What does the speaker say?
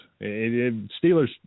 Steelers